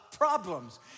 problems